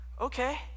Okay